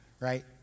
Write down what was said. right